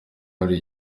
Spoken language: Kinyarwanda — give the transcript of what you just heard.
hari